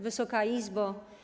Wysoka Izbo!